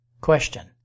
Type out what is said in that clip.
Question